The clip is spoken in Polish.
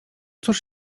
cóż